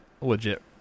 legit